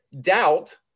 doubt